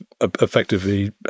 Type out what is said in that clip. effectively